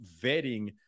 vetting